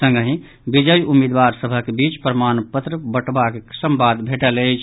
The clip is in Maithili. संगहि विजयी उम्मीदवार सभक बीच प्रमाण पत्र बटबांक संवाद भेटल अछि